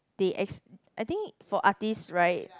they ex~ I think for artist right